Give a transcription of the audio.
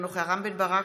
אינו נוכח רם בן ברק,